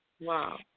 Wow